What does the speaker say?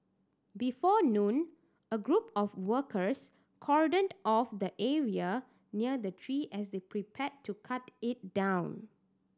before noon a group of workers cordoned off the area near the tree as they prepared to cut it down